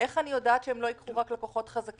איך אני יכולה לדעת שהם לא ייקחו רק לקוחות חזקים